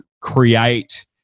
create